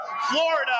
Florida